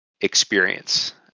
experience